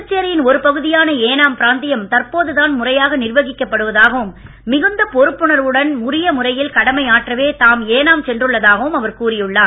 புதுச்சேரியின் ஒரு பகுதியான ஏனாம் பிராந்தியம் தற்போதுதான் முறையாக நிர்வகிக்கப் படுவதாகவும் மிகுந்த பொறுப்புணர்வுடன் உரிய முறையில் கடமை ஆற்றவே தாம் ஏனாம் சென்றுள்ளதாகவும் அவர் கூறியுள்ளார்